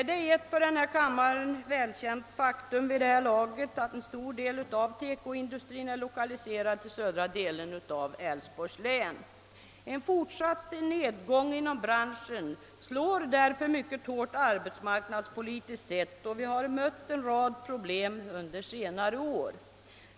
Det är ett vid det här laget för kammaren välkänt faktum att en stor del av TEKO-industrin är lokaliserad till södra delen av Älvsborgs län. En fortsatt nedgång inom branschen slår därför mycket hårt arbetsmarknadspolitiskt sett, och vi har mött en rad problem under senare år.